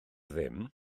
ddim